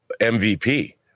MVP